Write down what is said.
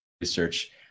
research